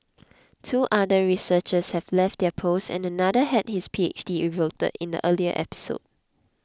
two other researchers have left their posts and another had his P H D revoked in the earlier episode